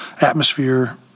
atmosphere